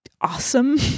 awesome